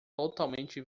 totalmente